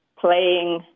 playing